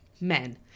Men